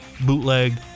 bootleg